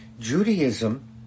Judaism